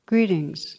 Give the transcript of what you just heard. Greetings